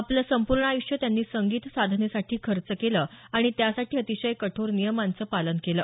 आपलं संपूर्ण आयुष्य त्यांनी संगीत साधनेसाठी खर्च केलं आणि त्यासाठी अतिशय कठोर नियमांचं पालन केलं